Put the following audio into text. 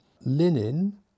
linen